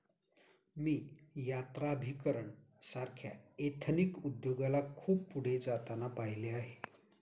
मी यात्राभिकरण सारख्या एथनिक उद्योगाला खूप पुढे जाताना पाहिले आहे